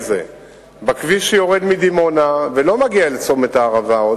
בכביש שיורד מדימונה ועוד לא מגיע לצומת הערבה,